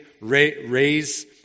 raise